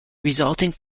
resulting